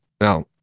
Now